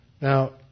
Now